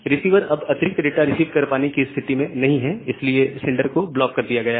receiver अब और अतिरिक्त डेटा रिसीव कर पाने की स्थिति में नहीं है इसलिए सेंडर को ब्लॉक कर दिया गया है